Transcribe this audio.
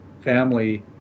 family